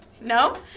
No